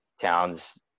towns